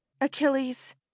Achilles